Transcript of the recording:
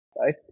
right